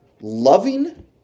Loving